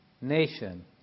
nation